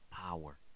power